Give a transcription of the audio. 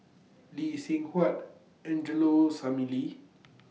Lee Seng Huat Angelo Sanelli